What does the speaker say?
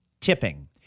tipping